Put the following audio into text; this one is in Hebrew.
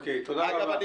אגב,